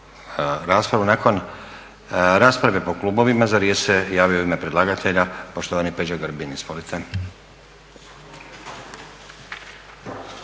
rasprave po klubovima za riječ se javio u ime predlagatelja poštovani Peđa Grbin. Izvolite.